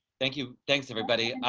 thank you. thanks everybody.